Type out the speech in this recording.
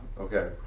okay